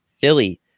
Philly